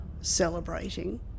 celebrating